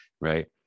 right